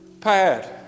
pad